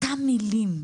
אותן מילים,